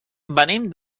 venim